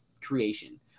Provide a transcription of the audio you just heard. creation